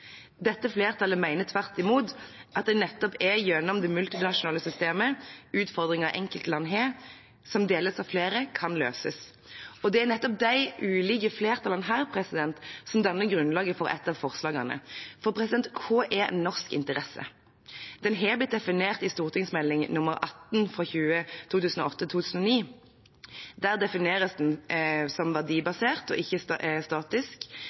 Dette flertallet mener tvert imot at det nettopp er gjennom det multinasjonale systemet utfordringer enkeltland har, men som deles av flere, kan løses. Det er nettopp de ulike flertallene her som danner grunnlaget for et av forslagene. For hva er en norsk interesse? Den har blitt definert i Meld. St. 18 for 2008–2009. Der defineres den som verdibasert og ikke statisk.